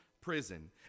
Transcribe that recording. prison